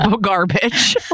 garbage